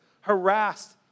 harassed